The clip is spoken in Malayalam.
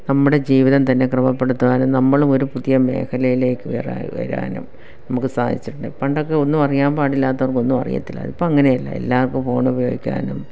നമ്മുടെ ജീവിതം തന്നെ ക്രമപ്പെടുത്തുവാനും നമ്മള് ഒരു പുതിയ മേഖലയിലേക്ക് കയറാനും വരാനും നമുക്ക് സാധിച്ചിട്ടുണ്ട് പണ്ടൊക്കെ ഒന്നും അറിയാൻപാടില്ലാത്തവർക്കൊന്നും അറിയത്തില്ലായിരുന്നു ഇപ്പോൾ അങ്ങനെയല്ല എല്ലാവർക്കും ഫോണുപയോഗിക്കാനും